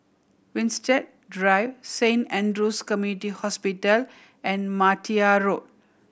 Winstedt Drive Saint Andrew's Community Hospital and Martia Road